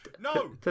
no